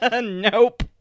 Nope